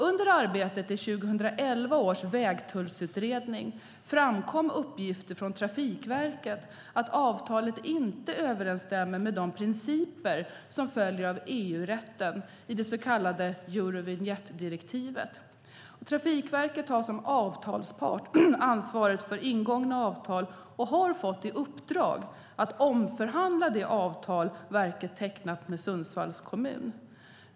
Under arbetet i 2011 års vägtullsutredning framkom uppgifter från Trafikverket om att avtalet inte överensstämmer med de principer som följer av EU-rätten, i det så kallade Eurovinjettdirektivet. Trafikverket har som avtalspart ansvaret för ingångna avtal och har fått i uppdrag att omförhandla det avtal verket tecknat med Sundsvalls kommun.